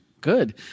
good